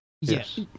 yes